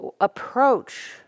approach